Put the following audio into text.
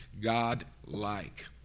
God-like